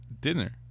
dinner